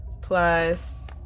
plus